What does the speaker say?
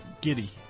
giddy